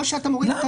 או שאתה מוריד.